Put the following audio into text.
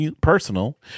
personal